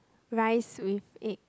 rice with egg